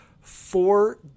four